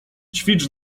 ćwicz